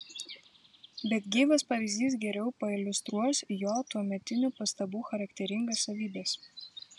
bet gyvas pavyzdys geriau pailiustruos jo tuometinių pastabų charakteringas savybes